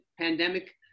pandemic